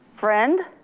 friend.